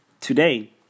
Today